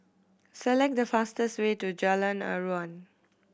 select the fastest way to Jalan Aruan